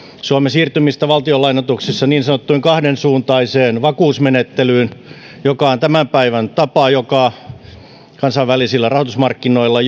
suomen siirtymistä valtionlainoituksissa niin sanottuun kahdensuuntaiseen vakuusmenettelyyn joka on tämän päivän tapa kansainvälisillä rahoitusmarkkinoilla